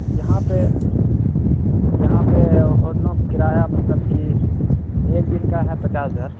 یہاں پہ یہاں پہ ہوٹلوں کا کرایہ مطلب کہ ایک دن کا ہے پچاس ہزار